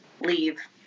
leave